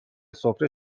سفره